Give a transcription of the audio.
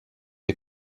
est